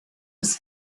was